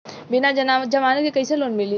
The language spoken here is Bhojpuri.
बिना जमानत क कइसे लोन मिली?